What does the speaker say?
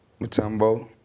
Matumbo